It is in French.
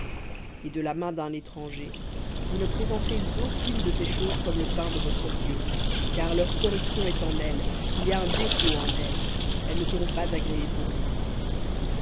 et de la main d'un étranger vous ne présenterez aucune de ces choses comme le pain de votre dieu car leur corruption est en elles il y a un défaut en elles elles ne seront pas agréées pour vous